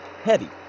heavy